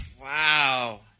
Wow